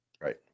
Right